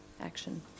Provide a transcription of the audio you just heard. action